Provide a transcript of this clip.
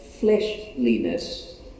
fleshliness